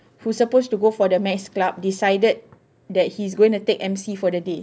who's supposed to go for the math's club decided that he's going to take M_C for the day